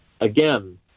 again